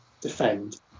defend